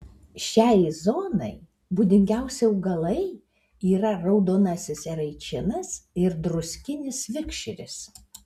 šiai zonai būdingiausi augalai yra raudonasis eraičinas ir druskinis vikšris